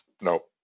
no